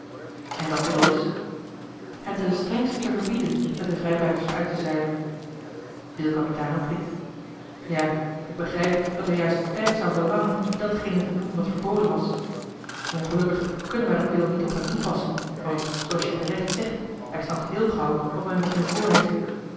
en dat middel is hem ten strengste te verbieden met de vrijbuiters uit te zeilen joh h been paddeltje de scheepsjongen van michiel de ruijter il capitano knikte ja ik begrijp dat hij juist sterk zou verlangen datgene te doen wat verboden was ongelukkig kunnen wij dat middel niet op hem toepassen want zooals je terecht zegt hij snapt heel gauw wat men met hem voor heeft